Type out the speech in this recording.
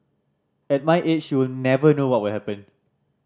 at my age you never know what will happen